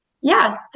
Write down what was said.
Yes